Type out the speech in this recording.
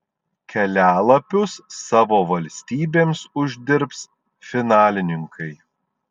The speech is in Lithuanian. kelialapius savo valstybėms uždirbs finalininkai